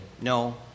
no